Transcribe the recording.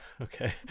okay